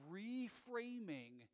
reframing